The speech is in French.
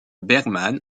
bergmann